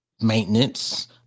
maintenance